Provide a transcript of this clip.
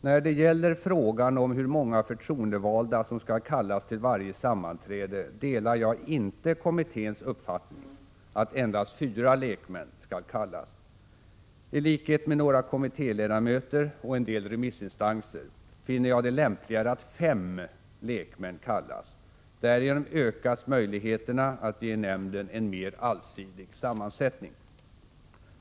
”När det gäller frågan om hur många förtroendevalda som skall kallas till varje sammanträde delar jag inte kommitténs uppfattning att endast fyra lekmän skall kallas. I likhet med några kommittéledamöter och en del remissinstanser finner jag det lämpligare att fem lekmän kallas. Därigenom ökas möjligheterna att ge nämnden en mer allsidig sammansättning.